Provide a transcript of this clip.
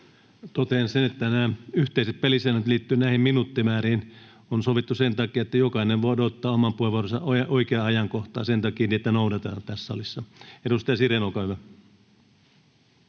Totean, että yhteiset pelisäännöt liittyen näihin minuuttimääriin on sovittu sen takia, että jokainen voi odottaa oman puheenvuoronsa oikeaan ajankohtaan. Sen takia niitä noudatetaan tässä salissa. — Edustaja Sirén, olkaa hyvä.